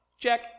Check